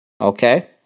okay